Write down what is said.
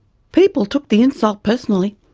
people took the insult personally.